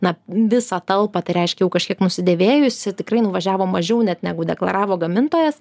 na visą talpą tai reiškia jau kažkiek nusidėvėjusi tikrai nuvažiavo mažiau net negu deklaravo gamintojas